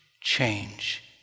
change